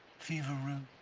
fever root,